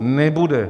Nebude.